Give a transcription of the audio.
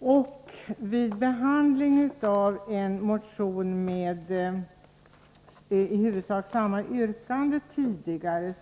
Även vid behandlingen av en tidigare motion med i huvudsak samma yrkande hänvisade